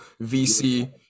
VC